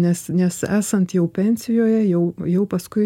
nes nes esant jau pensijoje jau jau paskui